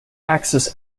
axis